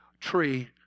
tree